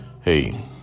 Hey